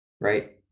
right